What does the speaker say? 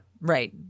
Right